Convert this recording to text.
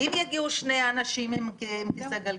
אם יגיעו שני אנשים עם כיסא גלגלים?